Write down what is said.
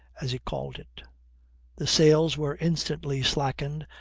as he called it the sails were instantly slackened,